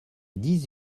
dix